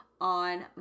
on